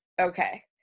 okay